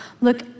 look